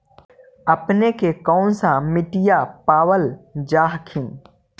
अपने के कौन सा मिट्टीया पाबल जा हखिन?